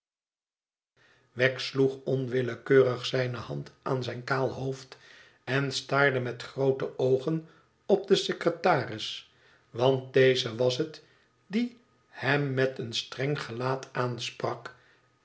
sloeg onwillekeurig zijne hand aan zijn kaal hoofd en staarde met groote oogen op den secretaris want deze was het die hem meteen streng gelaat aansprak